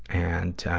and, ah,